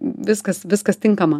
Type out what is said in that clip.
viskas viskas tinkama